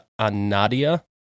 Anadia